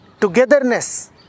togetherness